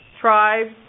tribes